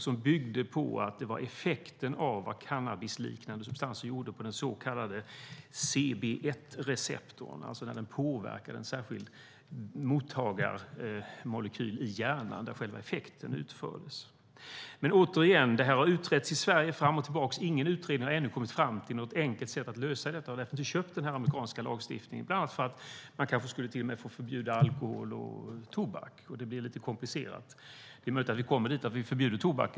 Den byggde på effekten av vad cannabisliknande substanser gjorde på den så kallade CB1-receptorn, när den påverkar en särskild mottagarmolekyl i hjärnan där själva effekten uppstår. Detta har utretts i Sverige fram och tillbaka, men ingen utredning har ännu kommit fram till något enkelt sätt att lösa detta och därför köpt denna amerikanska lagstiftning, bland annat därför att man kanske till och med skulle få förbjuda alkohol och tobak, och det blir lite komplicerat. Det är möjligt att vi kommer dit att vi förbjuder tobak.